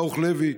ברוך לוי,